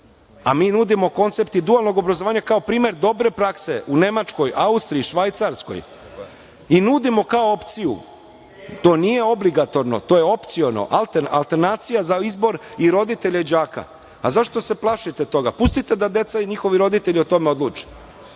nudimo koncept dualnog obrazovanja kao primer dobre prakse u Nemačkoj, Austriji, Švajcarskoj i nudimo kao opciju. To nije obligatorno, to je opciono. Alternacija za izbor i roditelje đaka.A zašto se plašite toga? Pustite da deca i njihovi roditelji o tome odluče.